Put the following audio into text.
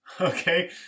okay